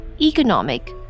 economic